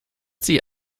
sie